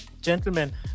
Gentlemen